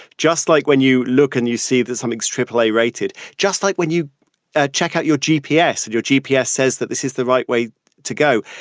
just like when you look and you see that something's triple-a rated, just like when you ah check out your g. p. s, your gpa says that this is the right way to go.